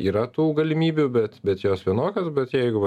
yra tų galimybių bet bet jos vienokios bet jeigu va